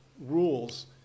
rules